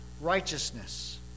righteousness